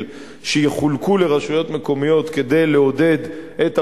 שיחולקו לרשויות המקומיות כדי לעודד את המיחזור,